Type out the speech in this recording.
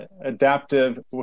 adaptive